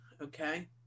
okay